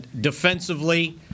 defensively